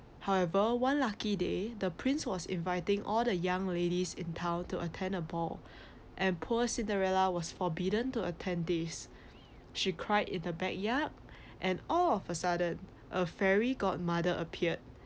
however one lucky day the prince was inviting all the young ladies in town to attend a ball and poor cinderella was forbidden to attend this she cried in the backyard and all of a sudden a fairy godmother appeared